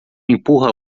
empurra